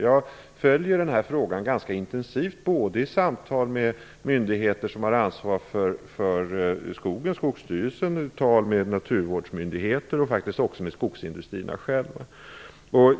Jag följer den här frågan ganska intensivt både i samtal med myndigheter som har ansvar för skogen, t.ex. Skogsstyrelsen, med naturvårdsmyndigheter och faktiskt också med skogsindustrierna själva.